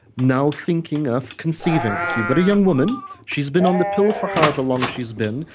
now thinking of conceiving so, you've got a young woman, she's been on the pill for however long she's been,